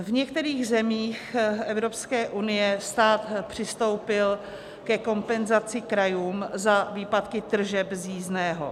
V některých zemích Evropské unie stát přistoupil ke kompenzaci krajům za výpadky tržeb z jízdného.